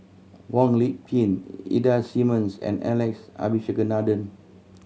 Wong Lip Ida Simmons and Alex Abisheganaden